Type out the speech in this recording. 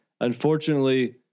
Unfortunately